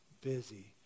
busy